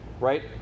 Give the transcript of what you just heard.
right